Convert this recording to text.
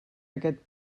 aquest